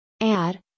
Add